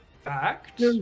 Fact